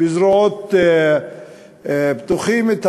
בזרועות פתוחות את